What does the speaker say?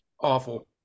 awful